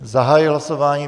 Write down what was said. Zahajuji hlasování.